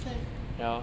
对